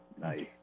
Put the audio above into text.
Nice